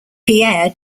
pierre